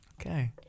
Okay